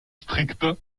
stricte